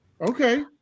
Okay